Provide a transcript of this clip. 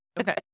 Okay